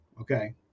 okay